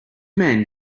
men